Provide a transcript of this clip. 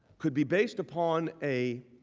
could be based upon a